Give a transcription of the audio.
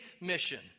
mission